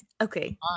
Okay